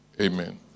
Amen